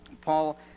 Paul